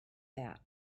that